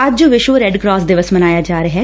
ਅੱਜ ਵਿਸ਼ਵ red cross ਦਿਵਸ ਮਨਾਇਆ ਜਾ ਰਿਹੈ